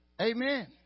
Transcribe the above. Amen